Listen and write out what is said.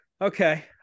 Okay